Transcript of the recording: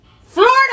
Florida